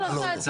לא, לא שאלתי.